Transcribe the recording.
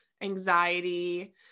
anxiety